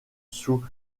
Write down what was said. sous